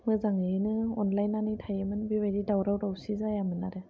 मोजाङैनो अनलायनानै थायोमोन बेबायदि दावराव दावसि जायामोन आरो